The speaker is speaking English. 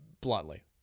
bluntly